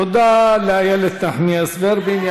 תודה לאיילת נחמיאס ורבין.